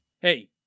Hey